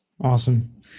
Awesome